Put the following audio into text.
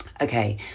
Okay